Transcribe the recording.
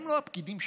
הם לא הפקידים שלנו.